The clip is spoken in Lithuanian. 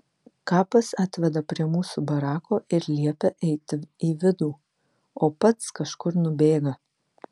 kapas atveda prie mūsų barako ir liepia eiti į vidų o pats kažkur nubėga